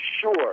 sure